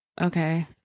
okay